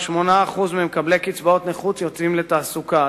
8% ממקבלי קצבאות נכות יוצאים לתעסוקה,